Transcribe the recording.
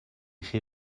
chi